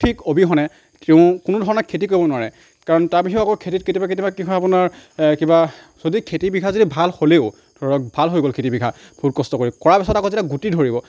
ঠিক অবিহনে তেওঁ কোনো ধৰণৰ খেতি কৰিব নোৱাৰে কাৰণ তাৰ বাহিৰেও আকৌ খেতিত কেতিয়াবা কেতিয়াবা কি হয় আপোনাৰ কিবা যদি খেতিৰ বিঘা যদি ভাল হ'লেও ধৰক ভাল হৈ গ'ল খেতি বিঘা বহুত কষ্ট কৰি কৰাৰ পিছত আকৌ যেতিয়া গুটি ধৰিব